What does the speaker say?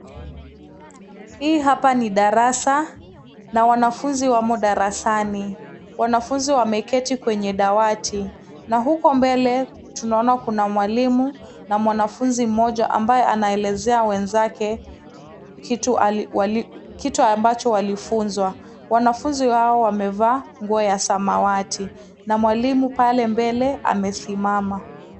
Hii hapa ni darasa na wanafunzi wamo darasani, wanafunzi wameketi kwenye dawati na huko mbele tunaona kuna mwalimu na mwanafunzi mmoja ambaye anaelezea wenzake kitu ambacho walifunzwa, wanafunzi hao wamevaa nguo ya samawati na mwalimu pale mbele amesimama.